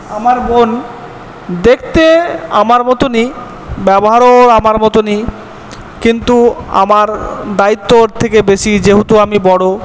আমার বোন দেখতে আমার মতনই ব্যবহারও আমার মতনই কিন্তু আমার দায়িত্ব ওর থেকে বেশি যেহেতু আমি বড়